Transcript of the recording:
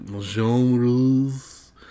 genres